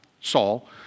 Saul